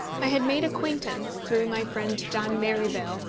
i had made acquaintance, through my friend john merivale,